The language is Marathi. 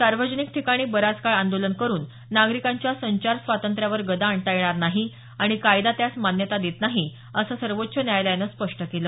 सार्वजनिक ठिकाणी बराच काळ आंदोलन करुन नागरिकांच्या संचार स्वातंत्र्यावर गदा आणता येणार नाही आणि कायदा त्यास मान्यता देत नाही असं सर्वोच्च न्यायालयानं स्पष्ट केलं